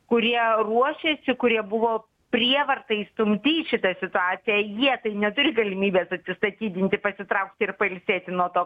kurie ruošėsi kurie buvo prievarta įstumti į šitą situaciją jie tai neturi galimybės atsistatydinti pasitraukti ir pailsėti nuo to